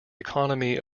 economy